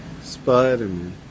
Spider-Man